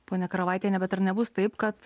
ponia karavaitiene bet ar nebus taip kad